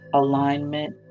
alignment